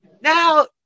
Now